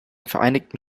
vereinigten